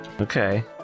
Okay